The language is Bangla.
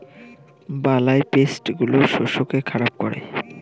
বালাই বা পেস্ট গুলো শস্যকে খারাপ করে